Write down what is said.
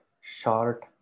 short